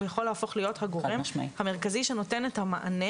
הוא יכול להפוך להיות הגורם המרכזי שנותן את המענה